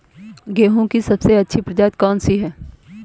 गेहूँ की सबसे अच्छी प्रजाति कौन सी है?